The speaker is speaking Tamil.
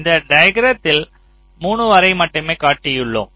இந்த டயகிரத்தில் 3 வரை மட்டுமே காட்டியுள்ளோம்